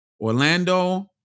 Orlando